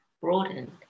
broadened